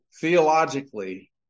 theologically